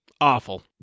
Awful